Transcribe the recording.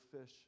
fish